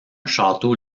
château